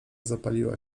zapaliła